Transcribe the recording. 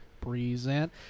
Present